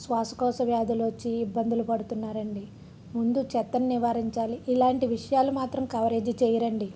శ్వాసకోశవ్యాధులు వచ్చి ఇబ్బందులు పడుతున్నారు అండి ముందు చెత్తను నివారించాలి ఇలాంటి విషయాలు మాత్రం కవరేజ్ చేయరండి